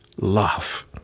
love